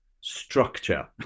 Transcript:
structure